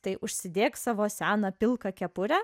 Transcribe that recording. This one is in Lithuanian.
tai užsidėk savo seną pilką kepurę